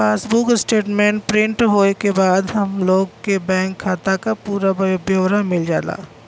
passbook statement print होये के बाद हम लोग के बैंक खाता क पूरा ब्यौरा मिल जाला